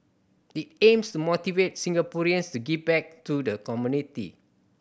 it aims to motivate Singaporeans to give back to the community